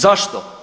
Zašto?